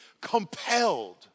compelled